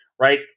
right